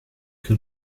che